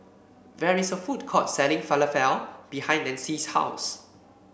there is a food court selling Falafel behind Nancie's house